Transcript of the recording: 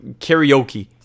karaoke